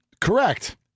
Correct